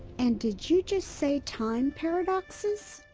and did you just say time paradoxes!